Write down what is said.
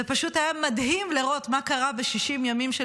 זה פשוט היה מדהים לראות מה קרה ב-60 ימים של